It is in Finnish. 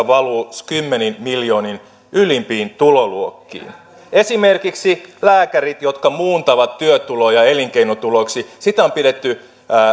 valuu kymmenin miljoonin ylimpiin tuloluokkiin esimerkiksi sitä että lääkärit muuntavat työtuloja elinkeinotuloiksi on pidetty